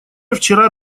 вчера